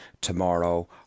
tomorrow